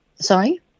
Sorry